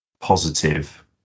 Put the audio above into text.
positive